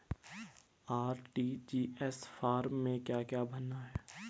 RTGS form में क्या क्या भरना है?